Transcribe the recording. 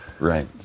Right